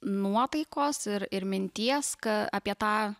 nuotaikos ir ir minties ka apie tą